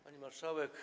Pani Marszałek!